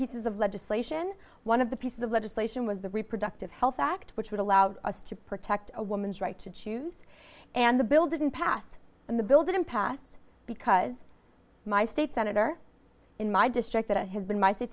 pieces of legislation one of the pieces of legislation was the reproductive health act which would allow us to protect a woman's right to choose and the bill didn't pass and the bill didn't pass because my state senator in my district that has been my state